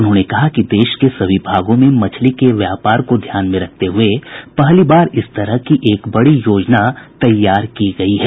उन्होंने कहा कि देश के सभी भागों में मछली के व्यापार को ध्यान में रखते हुए पहली बार इस तरह की एक बड़ी योजना तैयार की गई है